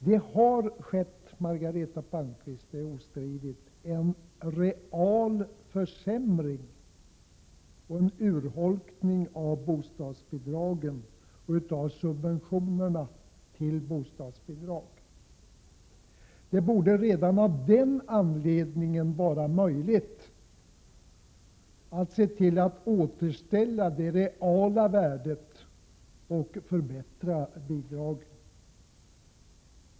Det har skett, Margareta Palmqvist — det är ostridigt — en real försämring och en urholkning av bostadsbidragen och av subventionerna till bostadsbidrag. Det borde redan av den anledningen vara möjligt att återställa det reala värdet och förbättra bidragen.